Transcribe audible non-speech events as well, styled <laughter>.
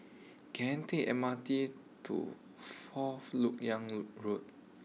can I take the M R T to fourth Lok Yang <unintelligible> Road